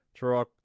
Turok